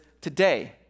today